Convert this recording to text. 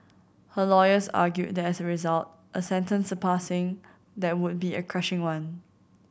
her lawyers argued that as a result a sentence surpassing that would be a crushing one